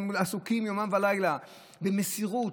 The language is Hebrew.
הם עסוקים יומם ולילה במסירות,